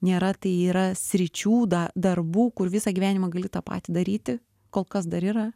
nėra tai yra sričių da darbų kur visą gyvenimą gali tą patį daryti kol kas dar yra